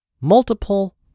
multiple